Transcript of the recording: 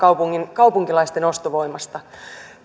kaupunkilaisten ostovoimasta